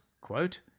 quote